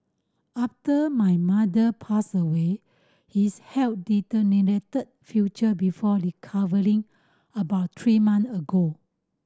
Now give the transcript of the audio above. after my mother passed away his health deteriorated future before recovering about three month ago